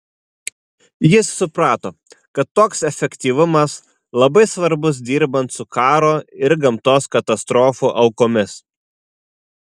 jis suprato kad toks efektyvumas labai svarbus dirbant su karo ir gamtos katastrofų aukomis